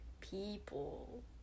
people